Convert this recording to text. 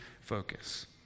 focus